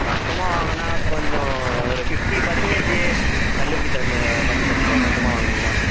மொத்தமாக வாங்கினா கொஞ்சம் ஒரு ஃபிஃப்டி பர்சன்டேஜு தள்ளுபடி த பண்ணித் தருவேன் ப்ரோ மொத்தமாக வாங்கினீங்கன்னா